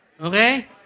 Okay